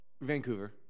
Vancouver